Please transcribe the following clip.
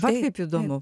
va kaip įdomu